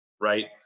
right